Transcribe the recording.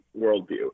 worldview